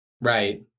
Right